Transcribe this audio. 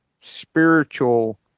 spiritual